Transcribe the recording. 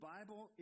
Bible